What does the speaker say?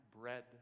bread